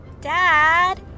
Dad